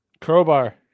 Crowbar